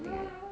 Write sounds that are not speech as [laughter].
[noise]